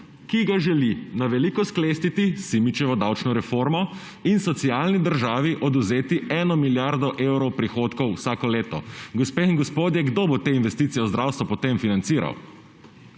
ki ga želi na veliko sklestiti s Simičevo davčno reformo in socialni državi odvzeti 1 milijardo evrov prihodkov vsako leto. Gospe in gospodje, kdo bo te investicije v zdravstvo potem financiral?